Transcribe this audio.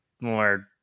more